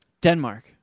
Denmark